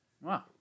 Wow